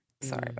Sorry